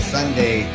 Sunday